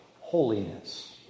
holiness